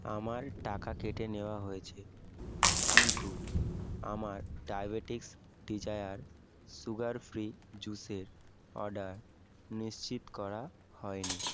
আমার টাকা কেটে নেওয়া হয়েছে কিন্তু আমার ডায়বেটিক্স ডিজায়ার সুগার ফ্রি জুসের অর্ডার নিশ্চিত করা হয়নি